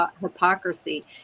hypocrisy